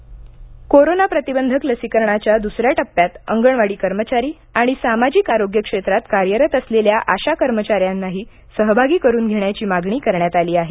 लसीकरण अंगणवाडी कोरोना प्रतिबंधक लसीकरणाच्या दुसऱ्या टप्प्यात अंगणवाडी कर्मचारी आणि सामाजिक आरोग्य क्षेत्रात कार्यरत असलेल्या आशा कर्मचाऱ्यांनाही सहभागी करून घेण्याची मागणी करण्यात आली आहे